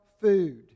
food